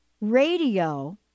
Radio